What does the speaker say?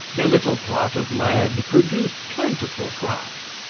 their little plot of land produced plentiful crops.